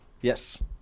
yes